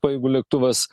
pajėgų lėktuvas